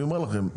אני אומר לכם,